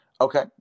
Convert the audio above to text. Okay